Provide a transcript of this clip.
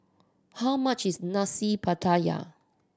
how much is Nasi Pattaya